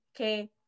Okay